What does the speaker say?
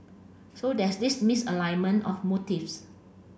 so there's this misalignment of motives